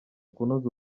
kunoza